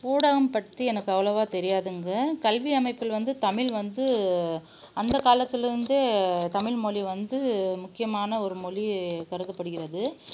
ஊடகம் பற்றி எனக்கு அவ்வளோவா தெரியாதுங்க கல்வி அமைப்பில் வந்து தமிழ் வந்து அந்த காலத்துலிருந்தே தமிழ் மொழி வந்து முக்கியமான ஒரு மொழி கருதப்படுகிறது